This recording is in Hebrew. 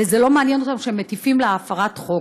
ולא מעניין אותם שהם מטיפים להפרת חוק.